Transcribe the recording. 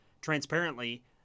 transparently